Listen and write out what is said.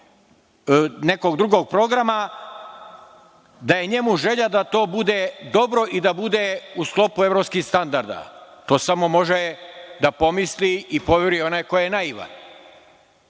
nekog drugog programa, da je njemu želja da to bude dobro i da bude u sklopu evropskih standarda. To samo može da pomisli i poveruje onaj ko je naivan.